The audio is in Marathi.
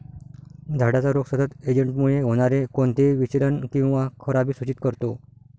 झाडाचा रोग सतत एजंटमुळे होणारे कोणतेही विचलन किंवा खराबी सूचित करतो